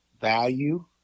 value